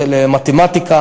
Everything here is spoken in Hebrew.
למתמטיקה,